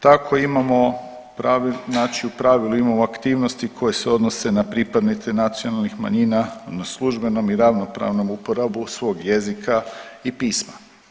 Tako imamo, znači u pravilu imamo aktivnosti koje se odnose na pripadnike nacionalnih manjina na službenom i ravnopravnom uporabu svog jezika i pisma.